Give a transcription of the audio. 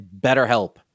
BetterHelp